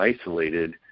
isolated